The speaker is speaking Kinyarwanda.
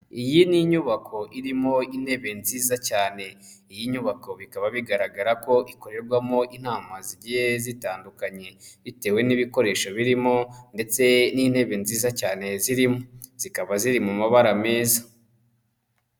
Iyi ni inyubako, irimo intebe nziza cyane. Iyi nyubako bikaba bigaragara ko, ikorerwamo inama, zigiye zitandukanye. Bitewe n'ibikoresho birimo, ndetse n'intebe nziza cyane zirimo. Zikaba ziri mu mabara meza.